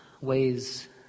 ways